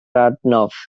adnodd